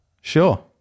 Sure